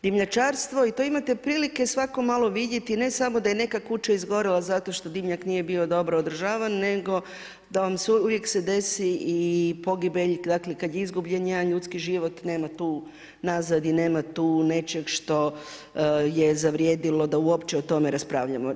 Dimnjačarstvo i to imate prilike svako malo vidjeti ne samo daje neka kuća izgorila zato što dimnjak nije bio dobro održavan nego da uvijek se desi i pogibelj, dakle kad je izgubljen jedan ljudski život, nema tu nazad i nema tu nečeg što je zavrijedilo da uopće o tome raspravljamo.